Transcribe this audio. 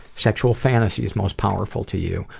sexual fantasies most powerful to you?